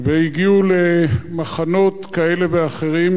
והגיעו למחנות כאלה ואחרים.